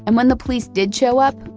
and when the police did show up,